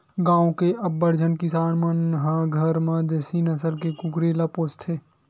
गाँव के अब्बड़ झन किसान मन ह घर म देसी नसल के कुकरी ल पोसथे